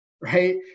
right